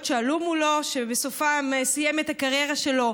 שעלו מולו ושבסופם סיים את הקריירה שלו,